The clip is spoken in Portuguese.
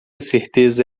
certeza